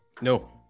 No